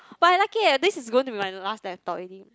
but lucky leh this is going to be my last laptop already